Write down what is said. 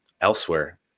elsewhere